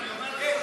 אני אומר לך.